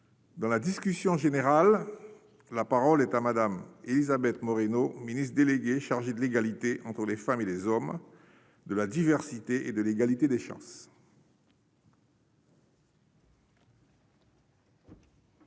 Dans la discussion générale, la parole est à Madame Élisabeth Moreno, ministre déléguée chargée de l'égalité entre les femmes et les hommes de la diversité et de l'égalité des chances.